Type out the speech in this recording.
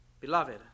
Beloved